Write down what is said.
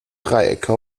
dreiecke